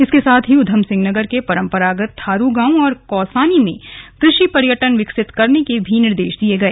इसके साथ ही उधमसिंह नगर के परंपरागत थारू गांव और कौसानी में कृषि पर्यटन विकसित करने के निर्देश भी दिए गए